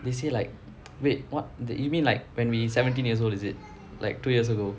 they say like wait what did you mean like when we seventeen years old is it like two years ago